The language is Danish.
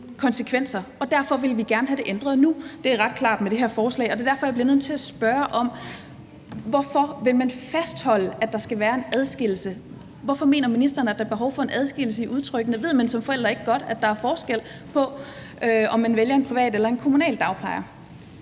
Det er ret klart med det her forslag, og det er derfor, jeg bliver nødt til at spørge om, hvorfor man vil fastholde, at der skal være en adskillelse. Hvorfor mener ministeren der er behov for en adskillelse i udtrykkene? Ved man som forælder ikke godt, at der er forskel på, om man vælger en privat eller en kommunal dagplejer?